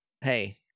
hey